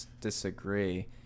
disagree